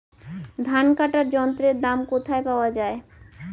ধান কাটার যন্ত্রের দাম কোথায় পাওয়া যায়?